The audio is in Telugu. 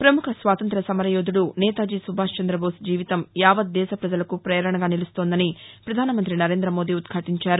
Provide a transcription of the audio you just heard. ప్రపముఖ స్వాతంత్ర్య సమరయోధుడు నేతాజీ సుభాష్ చంద్రబోస్ జీవితం యావత్ దేశ ప్రజలకు పేరణగా నిలుస్తోందని ప్రధానమంత్రి నరేంద్ర మోదీ ఉద్యాటించారు